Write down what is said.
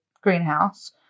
greenhouse